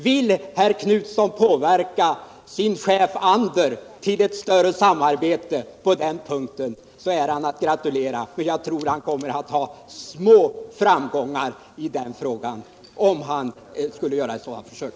Kan herr Knutson påverka sin chef Ander till ett mer omfattande samarbete på den punkten är han att gratulera. Jag tror att han kommer att ha små framgångar om han skulle göra ett sådant försök.